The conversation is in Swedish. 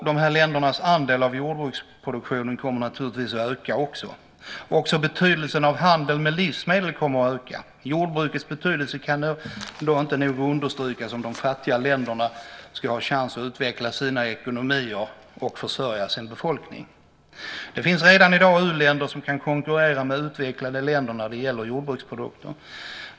Dessa länders andel av jordbruksproduktionen kommer naturligtvis att öka, och också betydelsen av handel med livsmedel kommer att öka. Jordbrukets betydelse kan inte nog understrykas om de fattiga länderna ska ha en chans att utveckla sina ekonomier och försörja sin befolkning. Det finns redan i dag u-länder som kan konkurrera med utvecklade länder när det gäller jordbruksprodukter.